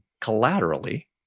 collaterally